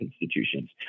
institutions